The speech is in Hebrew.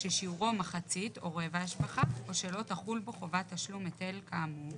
ששיעורו מחצית או רבע השבחה או שלא תחול בו חובת תשלום היטל כאמור.